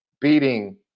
beating